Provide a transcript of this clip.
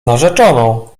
narzeczoną